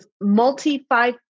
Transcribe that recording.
multi-five